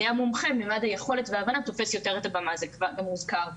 המומחה מימד היכולת וההבנה תופס יותר את הבמה" זה מוזכר פה.